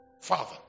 Father